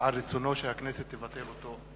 על רצונו שהכנסת תבטל אותה.